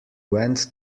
went